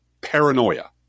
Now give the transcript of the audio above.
paranoia